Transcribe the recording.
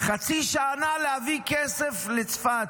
חצי שנה להביא כסף לצפת,